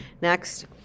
next